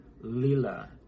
lila